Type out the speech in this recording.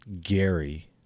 Gary